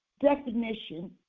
definition